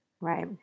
Right